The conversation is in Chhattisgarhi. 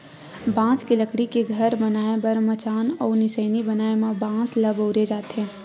बांस के लकड़ी के घर बनाए बर मचान अउ निसइनी बनाए म बांस ल बउरे जाथे